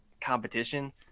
competition